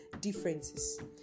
differences